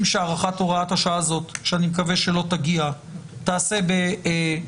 שהארכת הוראת השעה הזאת שאני מקווה שלא תגיע תיעשה בחקיקה